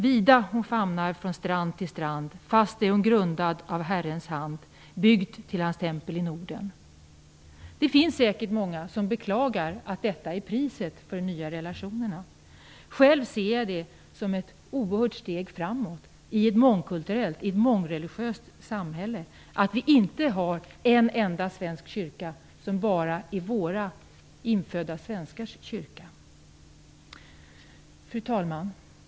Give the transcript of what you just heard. Vida hon famnar från strand till strand, Fast är hon grundad av Herrens hand, Byggd till hans tempel i Norden." Det finns säkert många som beklagar att detta är priset för de nya relationerna. Själv ser jag det som ett oerhört steg framåt i ett mångkulturellt och mångreligiöst samhälle att vi inte har en enda svensk kyrka, som bara är våra infödda svenskars kyrka. Fru talman!